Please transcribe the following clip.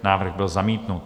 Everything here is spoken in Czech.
Návrh byl zamítnut.